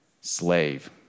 slave